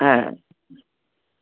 হ্যাঁ